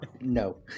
No